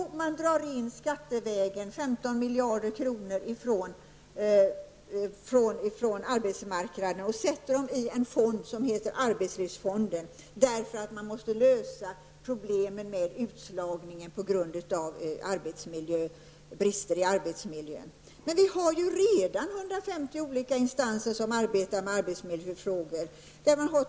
Jo, man drar in skattevägen 15 miljarder kronor från arbetsmarknaden och sätter dem i en fond som heter arbetslivsfonden, därför att man måste lösa problemet med utslagningen på grund av brister i arbetsmiljön. Men det finns ju redan 150 olika instanser som arbetar med arbetsmiljöfrågor.